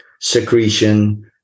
secretion